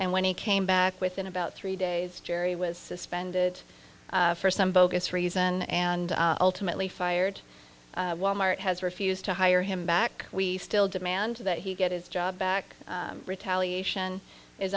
and when he came back within about three days jerry was suspended for some bogus reason and ultimately fired wal mart has refused to hire him back we still demand that he get his job back retaliation is